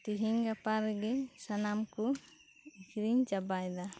ᱛᱮᱹᱦᱮᱹᱧ ᱜᱟᱯᱟ ᱨᱮᱜᱮ ᱥᱟᱱᱟᱢ ᱠᱚ ᱟᱠᱷᱨᱤᱧ ᱪᱟᱵᱟ ᱮᱫᱟ